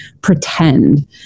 pretend